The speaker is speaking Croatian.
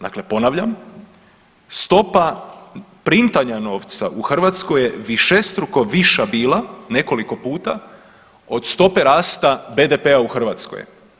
Dakle, ponavljam stopa printanja novca u Hrvatskoj je višestruko viša bila nekoliko puta od tope rasta BDP-a u Hrvatskoj.